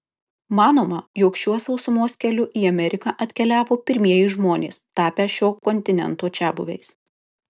manoma jog šiuo sausumos keliu į ameriką atkeliavo pirmieji žmonės tapę šio kontinento čiabuviais